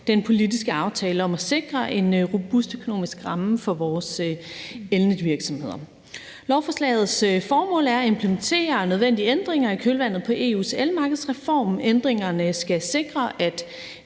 den politiske aftale om at sikre en robust økonomisk ramme for vores elnetvirksomheder. Lovforslagets formål er at implementere nødvendige ændringer i kølvandet på EU's elmarkedsreform. Ændringerne skal sikre, at